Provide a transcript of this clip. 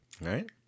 Right